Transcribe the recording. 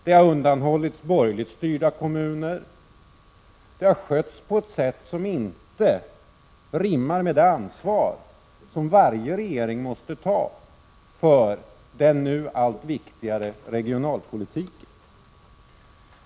Det har undanhållits borgerligt styrda kommuner. Det hela har skötts på ett sätt som inte rimmar med det ansvar som varje regering måste ta för den nu allt viktigare regionalpolitiken.